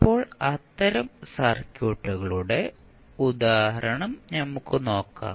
ഇപ്പോൾ അത്തരം സർക്യൂട്ടുകളുടെ ഉദാഹരണം നമുക്ക് നോക്കാം